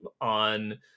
on